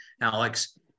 Alex